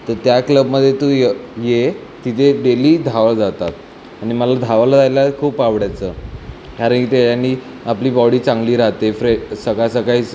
तर त्या क्लबमध्ये तू य ये तिथे डेली धावायला जातात आणि मला धावायला जायला खूप आवडायचं अरे इथे यांनी आपली बॉडी चांगली राहाते फ्रे सकाळ सकाळी